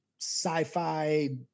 sci-fi